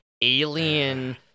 alien